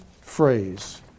phrase